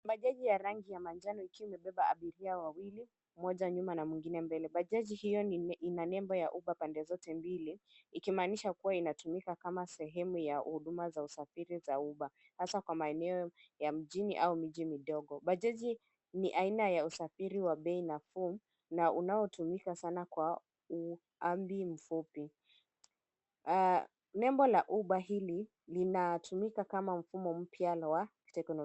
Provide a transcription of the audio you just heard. Bajaji ya rangi ya manjano ikiwa imebeba abiria wawili, mmoja nyuma na mwingine mbele. Bajaji hio ina nembo ya uber pande zote mbili ikimaanisha kua inatumika kama sehemu ya huduma za usafiri za uber hasa kwa maeneo ya mjini au miji midogo. Bajaji ni aina ya usafiri wa bei nafuu na unaotumika sana kwa uambi mfupi. Nembo la uber hili linatumika kama mfumo mpya wa kiteknolojia.